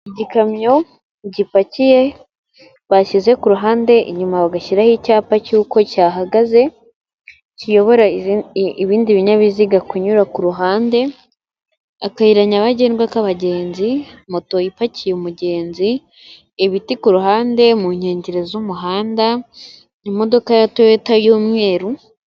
Igikamyo gipakiye bashyize ku ruhande, inyuma bagashyiraho icyapa cy'uko cyahagaze, kiyobora ibindi binyabiziga kunyura ku ruhande, akayira nyabagendwa k'abagenzi, moto ipakiye umugenzi, ibiti ku ruhande mu nkengero z'umuhanda, imodoka ya toyota y'umweru